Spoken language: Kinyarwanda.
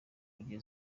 burya